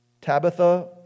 Tabitha